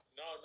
no